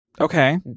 Okay